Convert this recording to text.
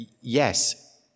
yes